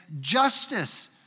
justice